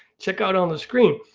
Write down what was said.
check out on the screen.